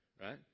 right